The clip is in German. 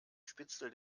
spitzel